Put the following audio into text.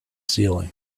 ceiling